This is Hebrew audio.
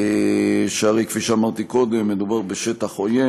שהרי כפי שאמרתי קודם מדובר בשטח עוין